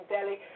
Delhi